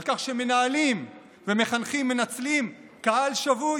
על כך שמנהלים ומחנכים מנצלים קהל שבוי